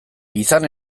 izan